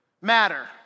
matter